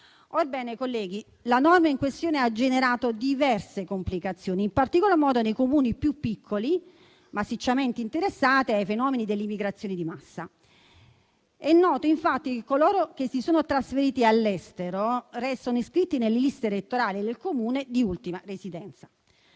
Orbene, colleghi, la norma in questione ha generato diverse complicazioni, in particolar modo nei Comuni più piccoli, massicciamente interessati ai fenomeni dell'immigrazione di massa. È noto, infatti, che coloro che si sono trasferiti all'estero restano iscritti nelle liste elettorali del Comune di ultima residenza.